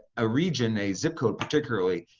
a region, a zip code particularly,